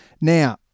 Now